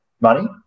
money